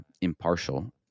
impartial